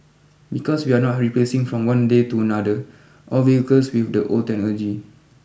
because we are not replacing from one day to another all vehicles with the old technology